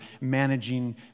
managing